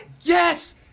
Yes